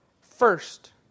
First